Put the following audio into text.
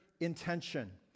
intention